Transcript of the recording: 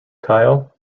kyle